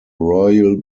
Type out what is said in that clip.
royal